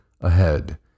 ahead